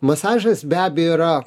masažas be abejo yra